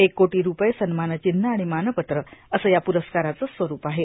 एक कोटो रुपये सन्मार्नाचन्ह र्आण मानपत्र असं या पुरस्काराचं स्वरूप आहे